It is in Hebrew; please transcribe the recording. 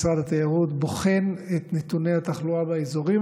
משרד התיירות בוחן את נתוני התחלואה באזורים